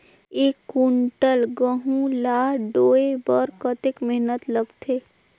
एक कुंटल गहूं ला ढोए बर कतेक मेहनत लगथे?